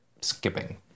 skipping